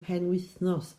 penwythnos